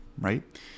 Right